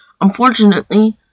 Unfortunately